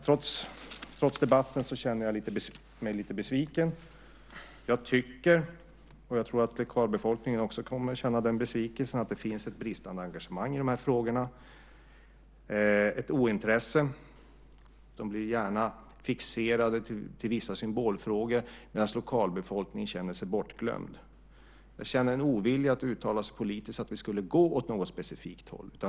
Trots debatten känner jag mig lite besviken. Jag tycker, och jag tror att lokalbefolkningen också kommer att känna den besvikelsen, att det finns ett bristande engagemang i frågorna. Det finns ett ointresse. Man blir gärna fixerad vid vissa symbolfrågor och lokalbefolkningen känner sig bortglömd. Jag känner en ovilja att uttala sig politiskt att vi skulle gå åt något specifikt håll.